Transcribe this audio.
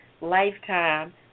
lifetime